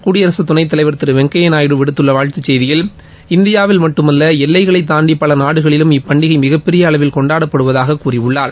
குடியரசுத் துணைத்தலைவர் திரு வெங்கையா நாயுடு விடுத்துள்ள வாழ்த்துச் செய்தியில் இந்தியாவில் மட்டுமல்ல எல்லைகளை தாண்டி பல நாடுகளிலும் இப்பண்டிகை மிகப்பெரிய அளவில் கொண்டாடப்படுவதாக கூறியுள்ளார்